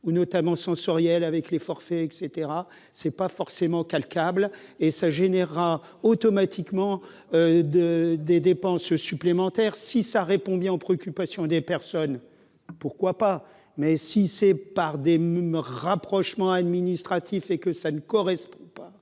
ou notamment sensorielle avec les forfaits etc c'est pas forcément qu'le câble et ça générera automatiquement 2 des dépenses supplémentaires si ça répond bien aux préoccupations des personnes, pourquoi pas, mais si c'est par des rapprochements administratif et que ça ne correspond pas